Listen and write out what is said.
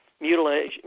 mutilation